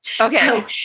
Okay